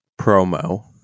promo